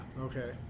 okay